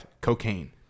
cocaine